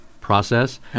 process